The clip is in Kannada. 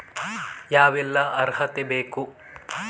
ಯಾವೆಲ್ಲ ಅರ್ಹತೆ ಬೇಕು?